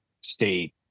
state